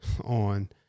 on